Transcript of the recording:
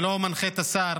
ולא מנחה את השר